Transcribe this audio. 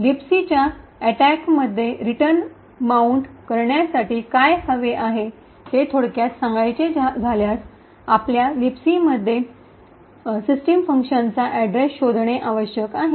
लिबसीच्या अटैकमध्ये return mount करण्यासाठी काय हवे आहे ते थोडक्यात सांगायचे झाल्यास आपल्या लिबसीमध्ये सिस्टीम फंक्शनचा अड्रेस शोधणे आवश्यक आहे